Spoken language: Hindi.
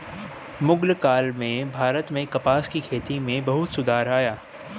मुग़ल काल में भारत में कपास की खेती में बहुत सुधार आया